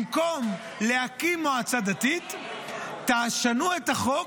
במקום להקים מועצה דתית תשנו את החוק